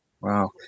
Wow